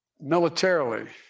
militarily